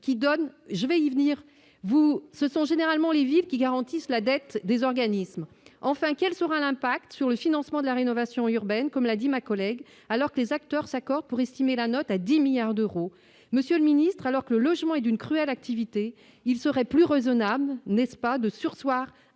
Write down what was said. je vais y venir vous ce sont généralement les villes qui garantisse la dette des organismes enfin, quel sera l'impact sur le financement de la rénovation urbaine, comme l'a dit ma collègue alors que les acteurs s'accordent pour estimer la note à 10 milliards d'euros, monsieur le ministre, alors que le logement est d'une cruelle activité, il serait plus raisonnable n'est-ce pas de surseoir à